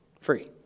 free